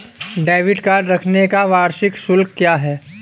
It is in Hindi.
डेबिट कार्ड रखने का वार्षिक शुल्क क्या है?